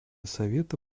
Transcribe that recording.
совета